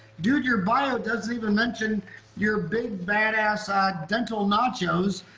dude your bio doesn't even mention your big badass ah dental nachos.